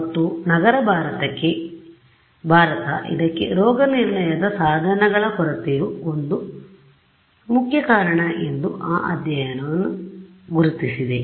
ಮತ್ತು ನಗರ ಭಾರತ ಇದಕ್ಕೆ ರೋಗನಿರ್ಣಯದ ಸಾಧನಗಳ ಕೊರತೆಯು ಒಂದು ಮುಖ್ಯ ಕಾರಣ ಎಂದು ಆ ಅಧ್ಯಯನವು ಗುರುತಿಸಿದೆ